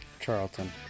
Charlton